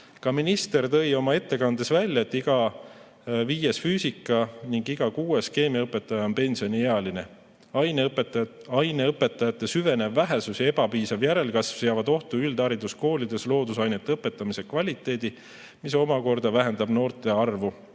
Ka minister tõi oma ettekandes välja, et iga viies füüsika‑ ning iga kuues keemiaõpetaja on pensioniealine. Aineõpetajate süvenev vähesus ja ebapiisav järelkasv seavad ohtu üldhariduskoolides loodusainete õpetamise kvaliteedi, mis omakorda vähendab noorte arvu,